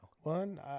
One